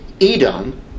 Edom